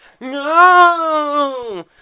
no